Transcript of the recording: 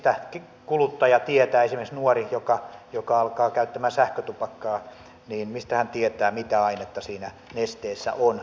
mistä kuluttaja esimerkiksi nuori joka alkaa käyttämään sähkötupakkaa tietää mitä ainetta siinä nesteessä on